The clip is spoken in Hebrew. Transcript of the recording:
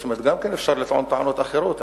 זאת אומרת אפשר גם כן לטעון טענות אחרות,